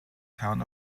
town